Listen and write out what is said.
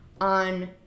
on